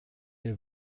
der